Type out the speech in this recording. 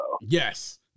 Yes